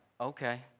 okay